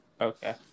Okay